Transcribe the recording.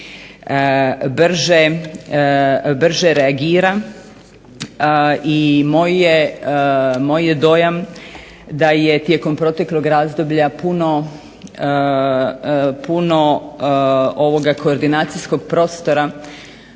brže reagira. I moj je dojam da je tijekom proteklog razdoblja puno ovoga koordinacijskog prostora